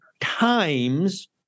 times